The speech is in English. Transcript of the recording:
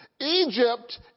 Egypt